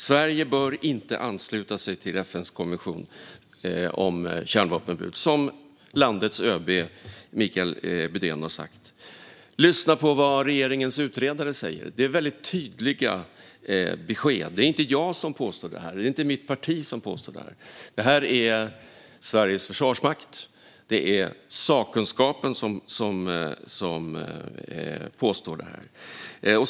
Sverige bör inte ansluta sig till FN:s konvention om kärnvapenförbud, har landets ÖB Micael Bydén sagt. Lyssna på vad regeringens utredare säger! Där ges tydliga besked. Det är inte jag eller mitt parti som påstår detta, utan det gör Sveriges försvarsmakt. Det är sakkunskapen som påstår detta.